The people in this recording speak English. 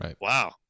wow